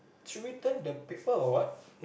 should we turn the people or what